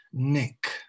Nick